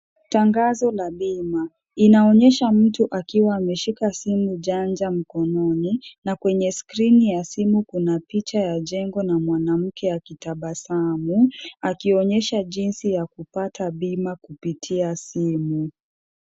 Tangazo la bima: inaonyesha mtu akiwa ameshika simu janja mkononi na kwenye skrini ya simu kuna picha ya jengo na mwanamke aki tabasamu, akionyesha jinsi ya kupata bima kupitia simu.